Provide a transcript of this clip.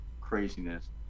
craziness